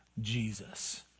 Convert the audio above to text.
Jesus